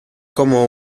como